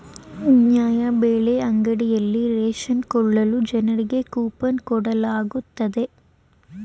ನ್ಯಾಯಬೆಲೆ ಅಂಗಡಿಯಲ್ಲಿ ರೇಷನ್ ಕೊಳ್ಳಲು ಜನರಿಗೆ ಕೋಪನ್ ಕೊಡಲಾಗುತ್ತದೆ